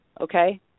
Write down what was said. okay